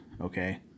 okay